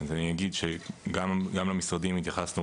אז אני אגיד שגם למשרדים התייחסנו